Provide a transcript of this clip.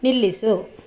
ನಿಲ್ಲಿಸು